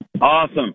awesome